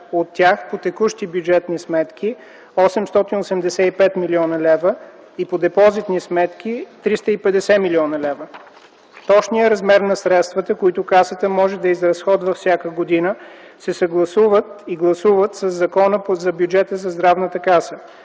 От тях по текущи бюджетни сметки – 885 млн. лв., и по депозитни сметки – 350 млн. лв. Точният размер на средствата, които Касата може да изразходва всяка година, се съгласуват и гласуват със Закона за бюджета на Здравната каса.